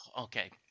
Okay